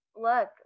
look